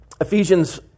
Ephesians